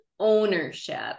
ownership